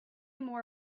more